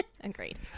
Agreed